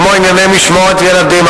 כמו ענייני משמורת ילדים,